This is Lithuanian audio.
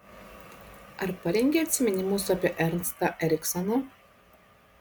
ar parengei atsiminimus apie ernstą eriksoną